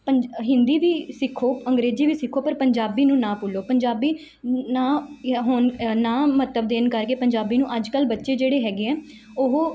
ਪੰ ਹਿੰਦੀ ਵੀ ਸਿੱਖੋ ਅੰਗਰੇਜ਼ੀ ਵੀ ਸਿੱਖੋ ਪਰ ਪੰਜਾਬੀ ਨੂੰ ਨਾ ਭੁੱਲੋ ਪੰਜਾਬੀ ਨਾ ਹੁਣ ਨਾ ਮਹੱਤਵ ਦੇਣ ਕਰਕੇ ਪੰਜਾਬੀ ਨੂੰ ਅੱਜ ਕੱਲ੍ਹ ਬੱਚੇ ਜਿਹੜੇ ਹੈਗੇ ਆ ਉਹ